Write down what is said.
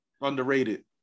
Underrated